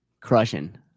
crushing